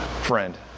Friend